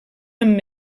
amb